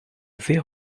sehr